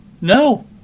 no